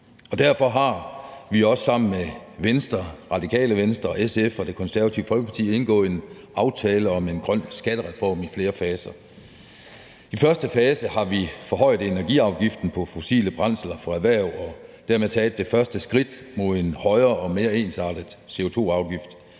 derfor har vi også sammen med Venstre, Radikale Venstre, SF og Det Konservative Folkeparti indgået en aftale om en grøn skattereform i flere faser. I første fase har vi forhøjet energiafgiften på fossile brændsler for erhverv og dermed taget det første skridt mod en højere og mere ensartet CO2-afgift